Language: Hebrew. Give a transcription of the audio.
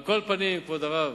על כל פנים, כבוד הרב,